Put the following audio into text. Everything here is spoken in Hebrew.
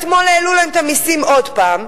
אתמול העלו להם את המסים עוד פעם,